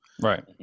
Right